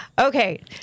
Okay